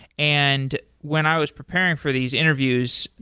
and when i was preparing for these interviews,